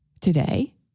today